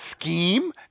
scheme